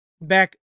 back